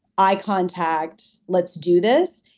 eye contact, let's do this.